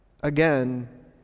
again